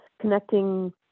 connecting